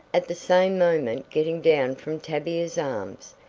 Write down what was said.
at the same moment getting down from tavia's arms.